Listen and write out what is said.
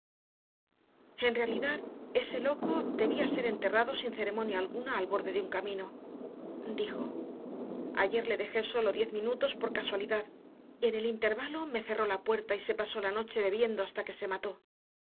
en realidad ese loco debía ser enterrado sin ceremonia alguna al borde de un camino dijo ayer le dejé sólo diez minutos por casualidad y en el intervalo me cerró la puerta y se pasó la noche bebiendo hasta que se mató